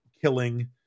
killing